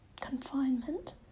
confinement